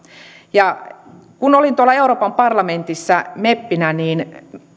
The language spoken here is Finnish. kun olin euroopan parlamentissa meppinä niin